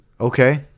Okay